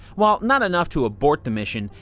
while not enough to abort the mission,